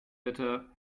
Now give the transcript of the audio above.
bitte